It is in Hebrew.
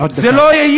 עוד דקה.